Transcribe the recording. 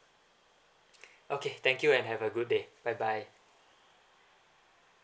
okay thank you and have a good day bye bye